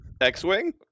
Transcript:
X-Wing